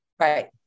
Right